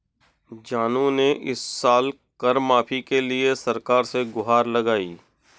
जानू ने इस साल कर माफी के लिए सरकार से गुहार लगाई